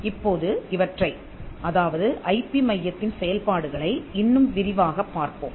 இப்போது இவற்றை அதாவது ஐபி மையத்தின் செயல்பாடுகளை இன்னும் விரிவாகப் பார்ப்போம்